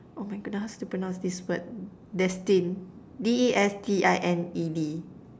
oh my goodness how to pronounce this word destined D_E_S_T_I_N_E_D